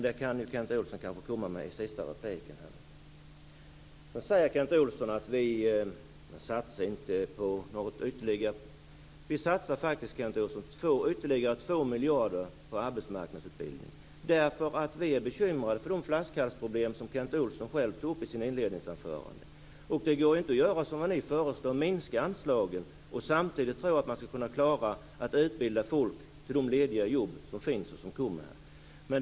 Detta kanske Kent Olsson kan svara på i den sista repliken. Sedan säger Kent Olsson att vi inte gör ytterligare satsningar. Vi satsar faktiskt, Kent Olsson, ytterligare 2 miljarder på arbetsmarknadsutbildning. Vi är nämligen bekymrade över de flaskhalsproblem som Kent Olsson själv tog upp i sitt inledningsanförande. Det går inte att göra som ni föreslår: minska anslagen och samtidigt tro att man skall klara att utbilda folk till de lediga jobb som finns och som kommer.